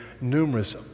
numerous